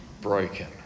broken